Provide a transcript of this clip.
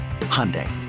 Hyundai